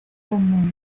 como